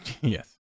Yes